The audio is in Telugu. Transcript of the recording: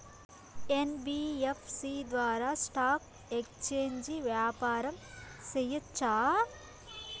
యన్.బి.యఫ్.సి ద్వారా స్టాక్ ఎక్స్చేంజి వ్యాపారం సేయొచ్చా?